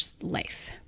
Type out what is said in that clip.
life